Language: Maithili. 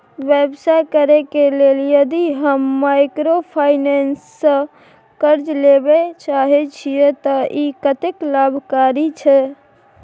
व्यवसाय करे के लेल यदि हम माइक्रोफाइनेंस स कर्ज लेबे चाहे छिये त इ कत्ते लाभकारी छै?